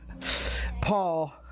Paul